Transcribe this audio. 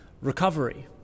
recovery